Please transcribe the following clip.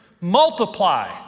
Multiply